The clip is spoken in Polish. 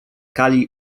kali